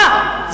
אה,